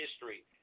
history